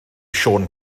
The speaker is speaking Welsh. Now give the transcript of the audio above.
siôn